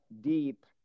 deep